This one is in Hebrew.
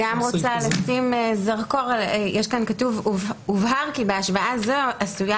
אני גם רוצה לשים זרקור כתוב כאן: "הובהר כי בהשוואה זאת עשויה